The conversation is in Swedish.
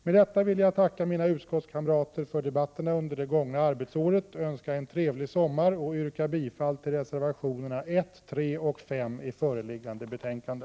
Med detta vill jag tacka mina utskottskamrater för debatterna under det gångna arbetsåret och önska en trevlig sommar. Jag yrkar härmed bifall till reservationerna 1, 3 och 5 i föreliggande betänkande.